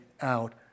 out